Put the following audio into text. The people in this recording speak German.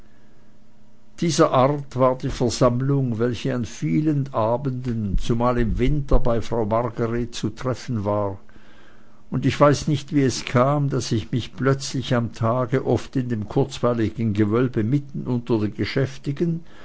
dieser art war die versammlung welche an vielen abenden zumal im winter bei frau margret zu treffen war und ich weiß nicht wie es kam daß ich mich plötzlich am tage oft in dem kurzweiligen gewölbe mitten unter den geschäftigen